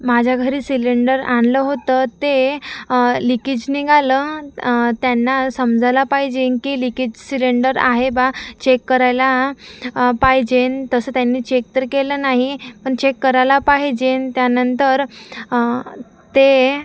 माझ्या घरी सिलेंडर आणलं होतं ते लिकेज निघालं त्यांना समजायला पाहिजे की लिकेज सिलेंडर आहे बा चेक करायला पाहिजे तसं त्यांनी चेक तर केलं नाही पण चेक करायला पाहिजे त्यानंतर ते